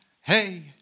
Hey